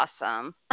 awesome